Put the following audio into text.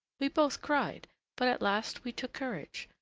we both cried but at last we took courage.